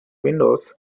windows